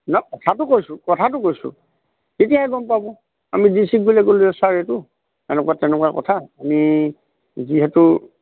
নহয় কথাটো কৈছোঁ কথাটো কৈছোঁ তেতিয়াহে গম পাব আমি ডি চিক বুলি ক'লো ছাৰ এইটো এনেকুৱা তেনেকুৱা কথা আমি যিহেতু